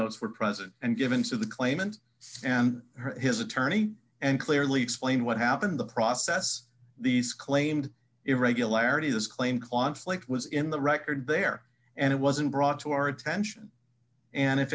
notes were present and given to the claimant and his attorney and clearly explain what happened the process these claimed irregularities claim clontz like it was in the record there and it wasn't brought to our attention and if